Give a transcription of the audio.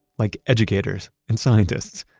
like educators and scientists.